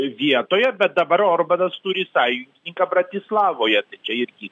vietoje bet dabar organas turi sąjungininką bratislavoje tai čia irgi